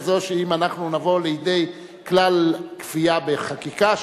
כזאת שאם אנחנו נבוא לידי כלל כפייה בחקיקה,